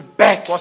back